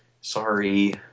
Sorry